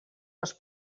les